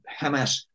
Hamas